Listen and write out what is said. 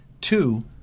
Two